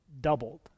doubled